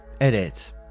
Edit